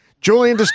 Julian